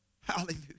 Hallelujah